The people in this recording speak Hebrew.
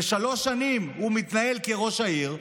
ושלוש שנים הוא מתנהל כראש העיר,